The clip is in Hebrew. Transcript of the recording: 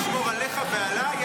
לשמור עליך ועליי,